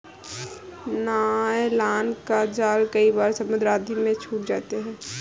nylon का जाल कई बार समुद्र आदि में छूट जाते हैं